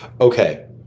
Okay